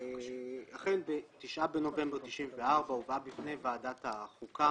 לכן ב-9 בנובמבר 1994 הובאה בפני ועדת החוקה